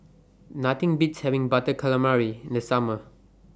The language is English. Nothing Beats having Butter Calamari in The Summer